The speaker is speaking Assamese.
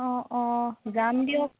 অঁ অঁ যাম দিয়ক